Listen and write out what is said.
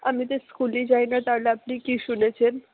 আমি তো স্কুলই যাই না তাহলে আপনি কী শুনেছেন